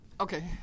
okay